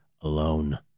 alone